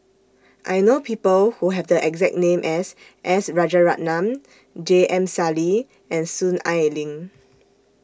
I know People Who Have The exact name as S Rajaratnam J M Sali and Soon Ai Ling